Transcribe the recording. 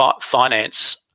finance